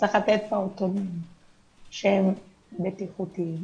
שצריך לתת פעוטונים שהם בטיחותיים,